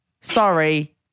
Sorry